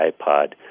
iPod